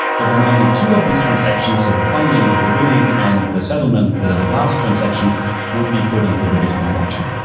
but then only two of these transactions, so the funding, the beginning and the settlement, the last transaction would be put on to so the bitcoin blockchain.